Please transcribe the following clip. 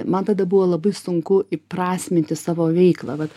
man tada buvo labai sunku įprasminti savo veiklą vat